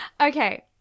Okay